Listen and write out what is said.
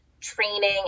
training